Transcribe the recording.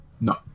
No